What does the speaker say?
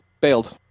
bailed